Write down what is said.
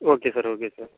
okay sir okay sir